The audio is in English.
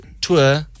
tour